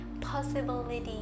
possibility